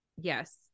Yes